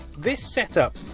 this setup,